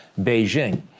Beijing